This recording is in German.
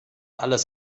alles